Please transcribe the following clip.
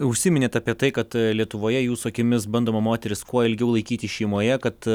užsiminėt apie tai kad lietuvoje jūsų akimis bandoma moteris kuo ilgiau laikyti šeimoje kad